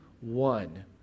one